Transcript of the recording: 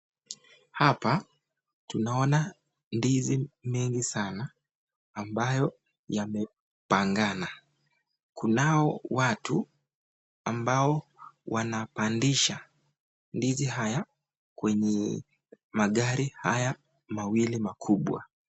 Hapa tunaona ndizi mingi sana ambayo yamepangana. Kunao watu ambao wanapandisha ndizi haya kwenye magari haya mawili makubwa.